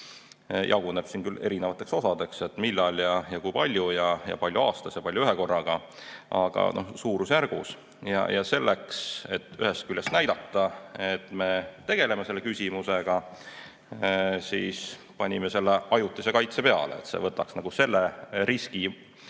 jaguneb küll erinevateks osadeks, millal ja kui palju ja palju aastas ja palju ühekorraga, aga suurusjärgus nii palju. Selleks, et ühest küljest näidata, et me tegeleme selle küsimusega, me panime selle ajutise kaitse peale. See võtaks selle riski